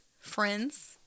friends